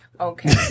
Okay